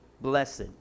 blessed